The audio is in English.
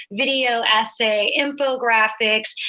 video essay, infographics,